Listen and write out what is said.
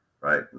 right